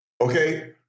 okay